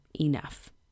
enough